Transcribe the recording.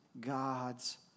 God's